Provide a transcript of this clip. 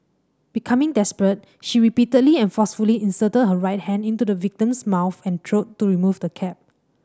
becoming desperate she repeatedly and forcefully inserted her right hand into the victim's mouth and throat to remove the cap